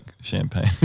champagne